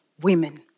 women